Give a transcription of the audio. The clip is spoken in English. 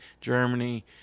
Germany